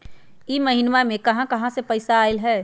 इह महिनमा मे कहा कहा से पैसा आईल ह?